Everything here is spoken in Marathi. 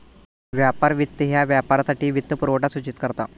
व्यापार वित्त ह्या व्यापारासाठी वित्तपुरवठा सूचित करता